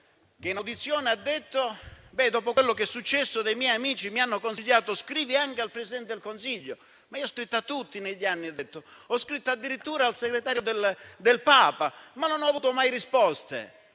Egli infatti ha detto: dopo quello che è successo dei miei amici mi hanno consigliato anche di scrivere al Presidente del Consiglio, ma io ho scritto a tutti negli anni, addirittura al segretario del Papa, ma non ho mai avuto risposte.